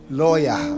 lawyer